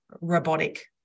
robotic